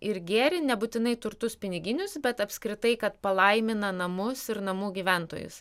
ir gėrį nebūtinai turtus piniginius bet apskritai kad palaimina namus ir namų gyventojus